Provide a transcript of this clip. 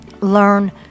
learn